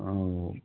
हाँ वह